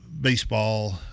baseball